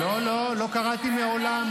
לא, לא, לא קראתי מעולם.